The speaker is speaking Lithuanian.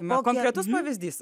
buvo konkretus pavyzdys